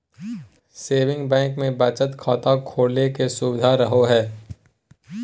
saving bank मे बचत खाता खोले के सुविधा रहो हय